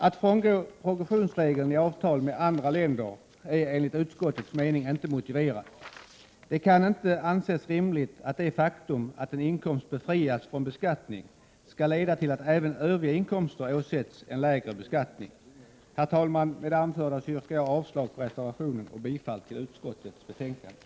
Att frångå progressionsregeln i avtal med andra länder är enligt utskottets mening inte motiverat. Det kan inte anses rimligt att det faktum att en inkomst befrias från beskattning skall leda till att även övriga inkomster åsätts en lägre beskattning. Herr talman! Med det anförda yrkar jag avslag på reservationen och bifall till utskottets hemställan.